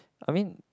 I mean